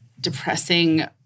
depressing